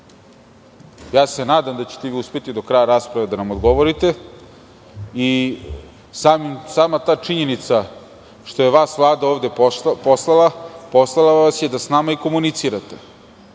se da ćete vi uspeti do kraja rasprave da nam odgovorite. Sama ta činjenica što je vas Vlada ovde poslala, poslala vas je da s nama i komunicirate.